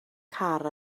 car